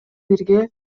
бирге